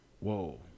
whoa